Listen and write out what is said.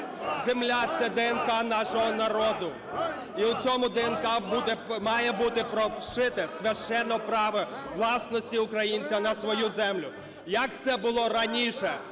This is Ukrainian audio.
Земля – це ДНК нашого народу. І у цьому ДНК має бути прошите священне право власності українця на свою землю, як це було раніше,